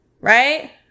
right